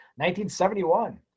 1971